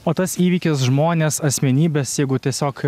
o tas įvykis žmonės asmenybės jeigu tiesiog